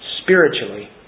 Spiritually